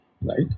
right